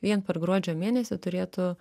vien per gruodžio mėnesį turėtų